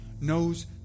knows